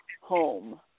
home